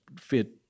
fit